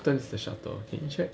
how often is the shuttle can you check